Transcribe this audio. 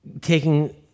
taking